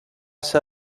ser